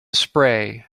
spray